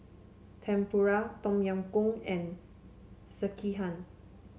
Tempura Tom Yam Goong and Sekihan